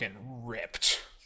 Ripped